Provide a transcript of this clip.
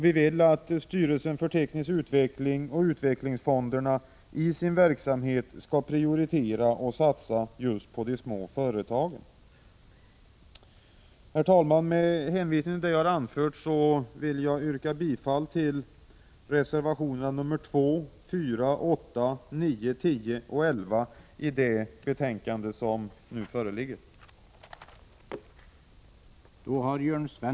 Vi vill att STU och utvecklingsfonderna skall prioritera småföretagen. Herr talman! Med det anförda yrkar jag bifall till reservationerna 2,4, 8,9, 10 och 11 i det betänkande som vi nu behandlar.